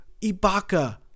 Ibaka